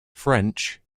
french